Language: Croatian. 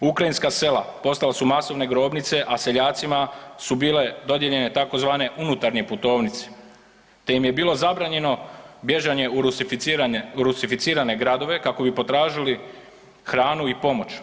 Ukrajinska sela postala su masovne grobnice, a seljacima su bile dodijeljene tzv. unutarnje putovnice te im je bilo zabranjeno bježanje u rusificirane gradove, kako bi potražili hranu i pomoć.